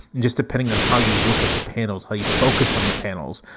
just depending on how you look at the panels, how you focus on the panels.